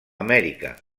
amèrica